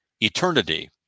Eternity